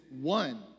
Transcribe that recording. one